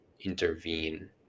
intervene